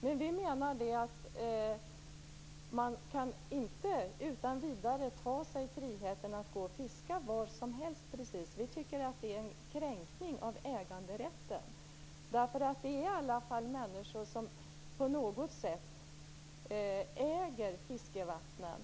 Men vi menar att man inte utan vidare kan ta sig friheten att fiska var som helst. Vi tycker att det är en kränkning av äganderätten. Det finns i alla fall människor som på något sätt äger fiskevattnen.